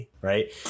right